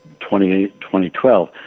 2012